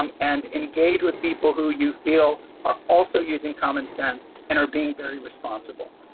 um and engage with people who you feel are also using common sense and are being very responsible.